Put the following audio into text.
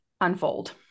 unfold